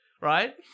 right